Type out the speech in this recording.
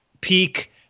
peak